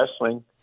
wrestling